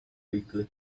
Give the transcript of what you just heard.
quickly